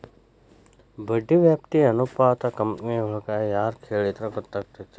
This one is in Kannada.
ಬಡ್ಡಿ ವ್ಯಾಪ್ತಿ ಅನುಪಾತಾ ಕಂಪನಿಯೊಳಗ್ ಯಾರ್ ಕೆಳಿದ್ರ ಗೊತ್ತಕ್ಕೆತಿ?